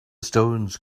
stones